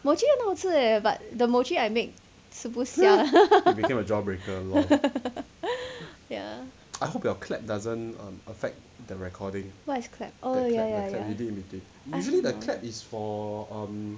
很好吃 leh but the I make 吃不下 ya [what] is clap oh ya ya ya actually declared his four